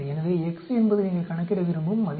எனவே x என்பது நீங்கள் கணக்கிட விரும்பும் மதிப்பு